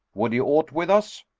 would he aught with us?